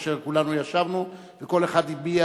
כאשר כולנו ישבנו וכל אחד הביע,